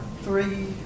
three